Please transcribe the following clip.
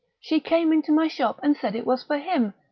she came into my shop and said it was for him.